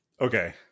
Okay